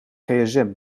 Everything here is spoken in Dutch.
gsm